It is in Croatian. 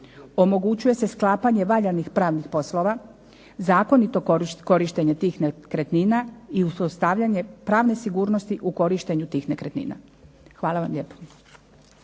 omogućuje se sklapanje valjanih pravnih poslova, zakonito korištenje tih nekretnina i uspostavljanje pravne sigurnosti u korištenju tih nekretnina. Hvala vam lijepo.